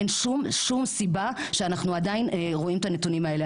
אין שום סיבה שאנחנו עדיין רואים את הנתונים האלה.